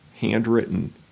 handwritten